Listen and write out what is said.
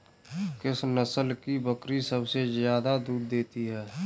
किस नस्ल की बकरी सबसे ज्यादा दूध देती है?